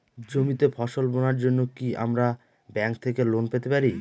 জমিতে ফসল বোনার জন্য কি আমরা ব্যঙ্ক থেকে লোন পেতে পারি?